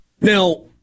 Now